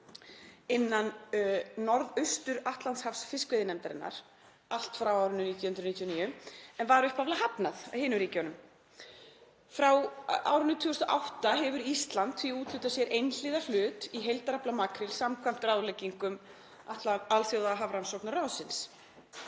innan Norðaustur-Atlantshafsfiskveiðinefndarinnar allt frá árinu 1999 en var upphaflega hafnað af hinum ríkjunum. Frá árinu 2008 hefur Ísland því úthlutað sér einhliða hlut í heildarafla makríls samkvæmt ráðleggingum Alþjóðahafrannsóknaráðsins.